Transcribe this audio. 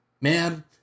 man